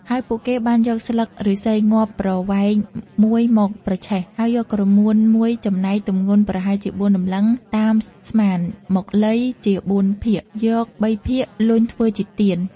ហើយពួកគេបានយកស្លឹកឫស្សីងាប់ប្រវែងមួយមកប្រឆេះ ហើយយកក្រមួនមួយចំណែកទម្ងន់ប្រហែលជាបួនតម្លឹងតាមស្មានមកលៃជាបួនភាគ យកបីភាគលញ់ធ្វើជាទៀន។